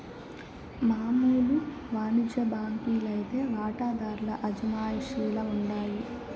మామూలు వానిజ్య బాంకీ లైతే వాటాదార్ల అజమాయిషీల ఉండాయి